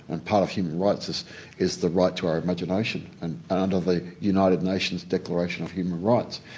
and part of human rights is is the right to our imagination. and under the united nations declaration of human rights,